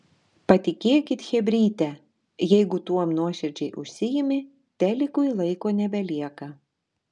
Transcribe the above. patikėkit chebryte jeigu tuom nuoširdžiai užsiimi telikui laiko nebelieka